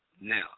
Now